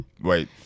wait